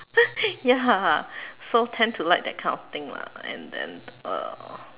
ya so tend to like that kind of thing lah and then uh